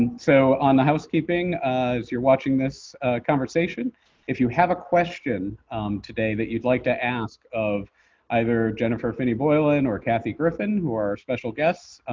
and so on the housekeeping, as you're watching this conversation if you have a question today that you'd like to ask of either jennifer finney boylan or kathy griffin, who are our special guests,